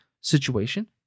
situation